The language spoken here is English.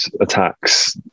attacks